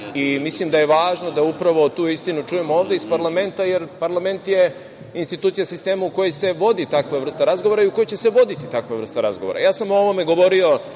Mislim da je važno da upravo tu istinu čujemo ovde iz parlamenta, jer parlament je institucija sistema u koji se vodi takva vrsta razgovora i u koji će se voditi takva vrsta razgovora. Ja sam o ovome govorio